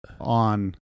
on